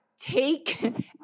Take